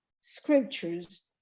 scriptures